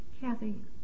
Kathy